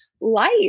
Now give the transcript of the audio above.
life